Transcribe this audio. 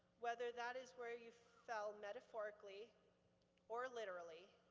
whether that is where you fell metaphorically or literally.